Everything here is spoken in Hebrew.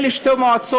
אלה שתי מועצות